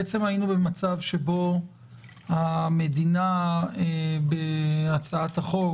בעצם היינו במצב שבו הממשלה בהצעת החוק